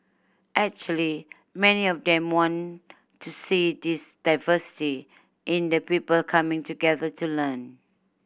actually many of them want to see this diversity in the people coming together to learn